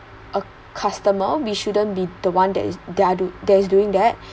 a customer we shouldn't be the one that is that are that is doing that